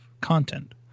content